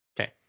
Okay